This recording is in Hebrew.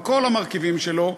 על כל המרכיבים שלו,